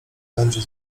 będzie